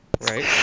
Right